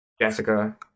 Jessica